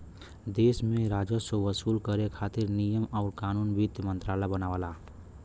देश में राजस्व वसूल करे खातिर नियम आउर कानून वित्त मंत्रालय बनावला